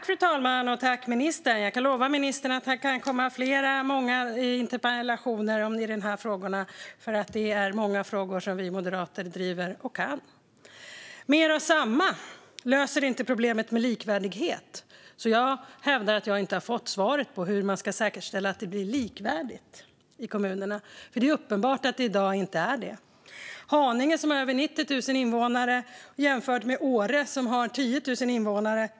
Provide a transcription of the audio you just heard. Fru talman! Jag kan lova ministern att det kan komma många interpellationer i dessa frågor, för att det är frågor som vi moderater driver och kan. Mer av samma löser inte problemet med likvärdighet. Jag hävdar att jag inte har fått svar på hur man ska säkerställa att det blir likvärdigt i kommunerna. Det är uppenbart att det i dag inte är likvärdigt. Haninge har över 90 000 invånare. Åre har 10 000 invånare.